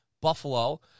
Buffalo